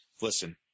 listen